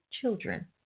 Children